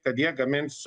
kad jie gamins